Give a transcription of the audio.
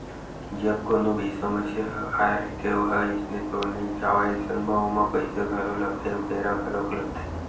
जब कोनो भी समस्या ह आय रहिथे ओहा अइसने तो नइ जावय अइसन म ओमा पइसा घलो लगथे अउ बेरा घलोक लगथे